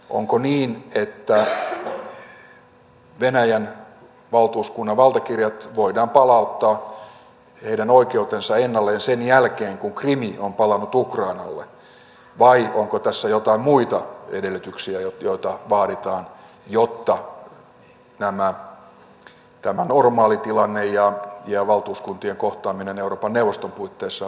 onko niin että voidaan palauttaa venäjän valtuuskunnan valtakirjat heidän oikeutensa ennalleen sen jälkeen kun krim on palannut ukrainalle vai onko tässä joitain muita edellytyksiä joita vaaditaan jotta tämä normaali tilanne ja valtuuskuntien kohtaaminen euroopan neuvoston puitteissa voisi tapahtua